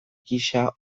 gisa